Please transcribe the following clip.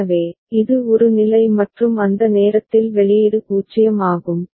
எனவே இது ஒரு நிலை மற்றும் அந்த நேரத்தில் வெளியீடு 0 ஆகும்